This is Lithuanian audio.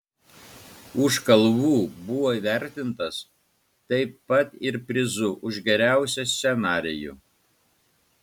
už kalvų buvo įvertintas taip pat ir prizu už geriausią scenarijų